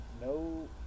no